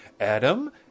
Adam